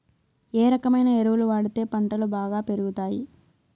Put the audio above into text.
ఏ రకమైన ఎరువులు వాడితే పంటలు బాగా పెరుగుతాయి?